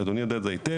ואדוני יודע את זה היטב,